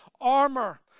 armor